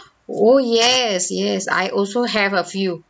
oh yes yes I also have a few